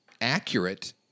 accurate